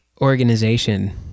organization